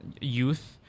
youth